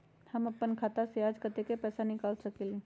हम अपन खाता से आज कतेक पैसा निकाल सकेली?